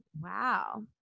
wow